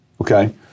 okay